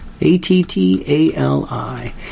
A-T-T-A-L-I